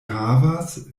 havas